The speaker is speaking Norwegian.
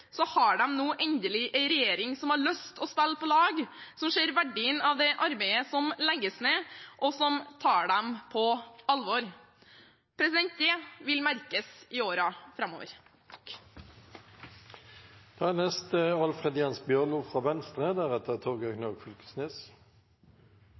har de nå endelig en regjering som har lyst til å spille på lag, som ser verdien av arbeidet som legges ned, og som tar dem på alvor. Det vil merkes i årene framover. Venstre er